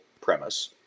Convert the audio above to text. premise